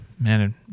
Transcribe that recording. man